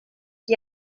qui